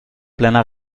plena